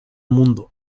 mundo